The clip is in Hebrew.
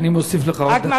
אני מוסיף לך עוד דקה.